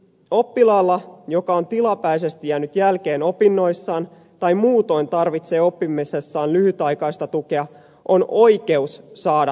oppilaalla joka on tilapäisesti jäänyt jälkeen opinnoissaan tai muutoin tarvitsee oppimisessaan lyhytaikaista tukea on oikeus saada tukiopetusta